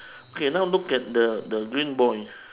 okay now look at the the green boy